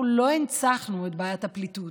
אנחנו לא הנצחנו את בעיית הפליטות,